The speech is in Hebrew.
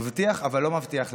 מבטיח אבל לא מבטיח לקיים.